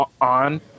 on